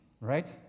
Right